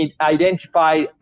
identify